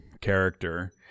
character